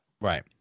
right